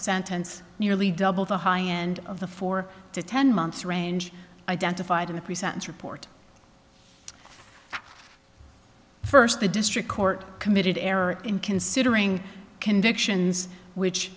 sentence nearly double the high end of the four to ten months range identified in the pre sentence report first the district court committed error in considering convictions which